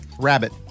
Rabbit